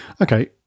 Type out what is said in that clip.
okay